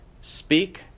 speak